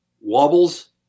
wobbles